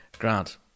Grant